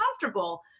comfortable